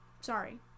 sorry